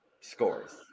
Scores